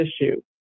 issue